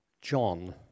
John